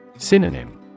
Synonym